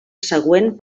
següent